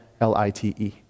L-I-T-E